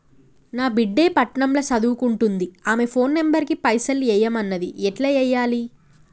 నా బిడ్డే పట్నం ల సదువుకుంటుంది ఆమె ఫోన్ నంబర్ కి పైసల్ ఎయ్యమన్నది ఎట్ల ఎయ్యాలి?